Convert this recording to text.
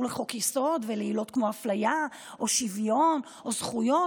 לחוק-יסוד ולעילות כמו אפליה או שוויון או זכויות.